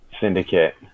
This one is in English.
syndicate